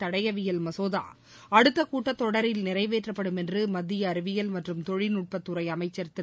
தடயவியல் மசோதா அடுத்த கூட்டத்தொடரில் நிறைவேற்றப்படும் என்று மத்திய அறிவியல் மற்றும் தொழில்நுட்பத் துறை அமைச்சா் திரு